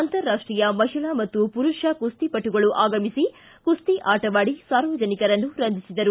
ಅಂತಾರಾಷ್ಷೀಯ ಮಹಿಳಾ ಹಾಗೂ ಪುರುಷ ಕುಸ್ತಿಪಟುಗಳು ಆಗಮಿಸಿ ಕುಸ್ತಿ ಆಟವಾಡಿ ಸಾರ್ವಜನಿಕರನ್ನು ರಂಜಿಸಿದರು